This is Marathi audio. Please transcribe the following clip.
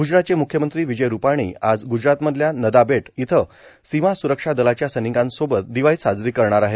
गुजरातचे मुख्यमंत्री विजय रुपाणी आज ग्जरातमधल्या नदाबेट इथं सीमा सुरक्षा दलाच्या सैनिकांसोबत दिवाळी साजरी करणार आहेत